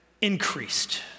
increased